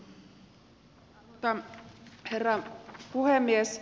arvoisa herra puhemies